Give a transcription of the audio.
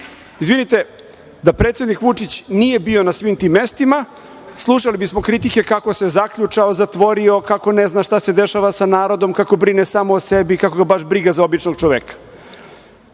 Izvinite, da predsednik Vučić nije bio na svim tim mestima, slušali bismo kritike kako se zaključao, zatvorio, kako ne zna šta se dešava sa narodom, kako brine samo o sebi, kako ga baš briga za običnog čoveka.